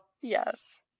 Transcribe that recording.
Yes